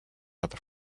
other